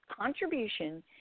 contribution